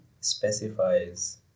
specifies